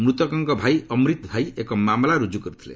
ମୃତକଙ୍କ ଭାଇ ଅମ୍ରିତ୍ ଭାଇ ଏକ ମାମଲା ରୁଜୁ କରିଥିଲେ